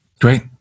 Great